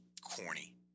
corny